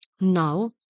Now